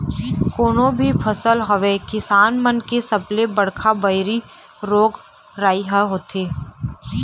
कोनो भी फसल होवय किसान मन के सबले बड़का बइरी रोग राई ह होथे